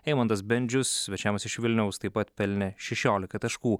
eimantas bendžius svečiams iš vilniaus taip pat pelnė šešiolika taškų